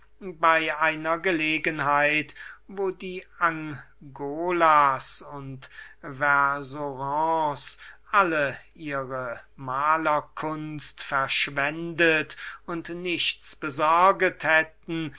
bei einer gelegenheit wo die angola's und versorand's alle ihre malerkunst verschwendet und sonst nichts besorget hätten